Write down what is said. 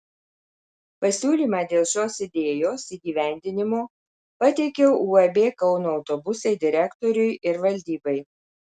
pasiūlymą dėl šios idėjos įgyvendinimo pateikiau uab kauno autobusai direktoriui ir valdybai